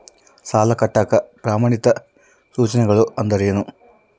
ಸಾಲ ಕಟ್ಟಾಕ ಪ್ರಮಾಣಿತ ಸೂಚನೆಗಳು ಅಂದರೇನು?